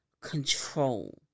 control